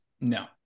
No